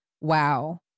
wow